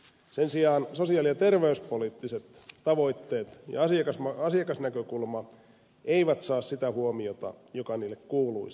sen sijaan sosiaali ja terveyspoliittiset tavoitteet ja asiakasnäkökulma eivät saa sitä huomiota joka niille kuuluisi